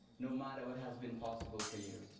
no matter what has been possible for you,